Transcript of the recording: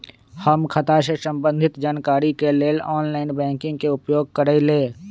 हम खता से संबंधित जानकारी के लेल ऑनलाइन बैंकिंग के उपयोग करइले